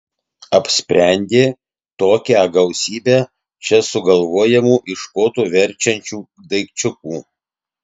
apsprendė tokią gausybę čia sugalvojamų iš koto verčiančių daikčiukų